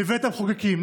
בבית המחוקקים.